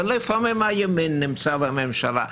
ולפעמים הימין נמצא בממשלה,